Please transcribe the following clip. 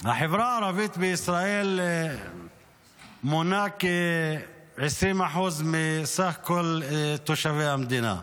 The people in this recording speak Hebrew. החברה הערבית בישראל מונה כ-20% מסך כל תושבי המדינה.